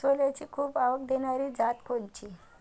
सोल्याची खूप आवक देनारी जात कोनची?